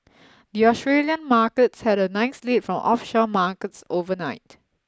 the Australian markets had a nice lead from offshore markets overnight